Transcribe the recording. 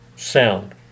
sound